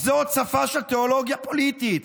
זאת שפה של תיאולוגיה פוליטית,